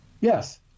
yes